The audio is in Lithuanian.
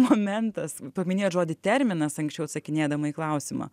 momentas paminėjot žodį terminas anksčiau atsakinėdama į klausimą